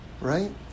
Right